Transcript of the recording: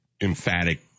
emphatic